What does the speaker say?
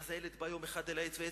"ואז הילד בא יום אחד אל העץ,